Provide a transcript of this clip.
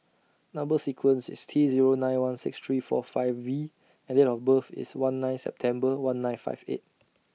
Number sequence IS T Zero nine one six three four five V and Date of birth IS one nine September one nine five eight